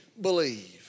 believe